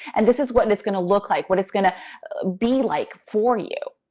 and this is what and it's going to look like, what it's going to be like for you,